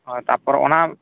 ᱦᱳᱭ ᱛᱟᱯᱚᱨ ᱚᱱᱟ